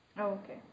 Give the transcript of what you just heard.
Okay